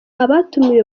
abatumiwe